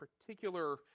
particular